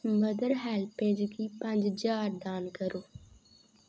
mother HelpAge गी पंज ज्हार दान करो